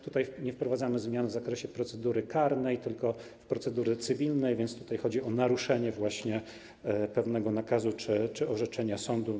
Tutaj nie wprowadzamy zmian w zakresie procedury karnej, tylko procedury cywilnej, więc chodzi o naruszenie pewnego nakazu czy orzeczenia sądu.